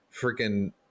freaking